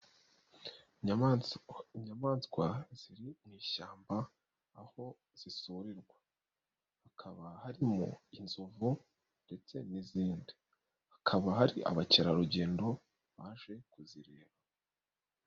Inyamaswa ziri mu ishyamba aho zisurirwa, hakaba harimo inzovu ndetse n'izindi, hakaba hari abakerarugendo baje kuzireba.